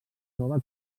nova